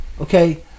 Okay